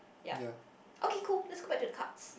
ya okay cool let's go back to the cards